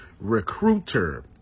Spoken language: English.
recruiter